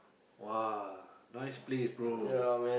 !wah! nice place bro